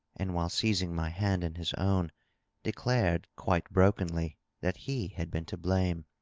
and while seizing my hand in his own declared quite brokenly that he had been to blame,